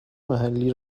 محلی